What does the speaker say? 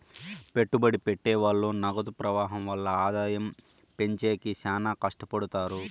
పెట్టుబడి పెట్టె వాళ్ళు నగదు ప్రవాహం వల్ల ఆదాయం పెంచేకి శ్యానా కట్టపడుతారు